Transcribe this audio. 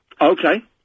Okay